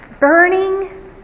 burning